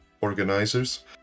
organizers